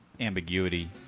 ambiguity